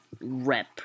rep